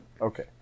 Okay